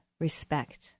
Respect